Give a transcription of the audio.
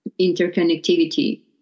interconnectivity